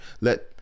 let